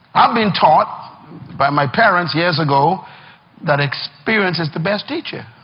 i've been taught by my parents years ago that experience is the best teacher.